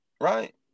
right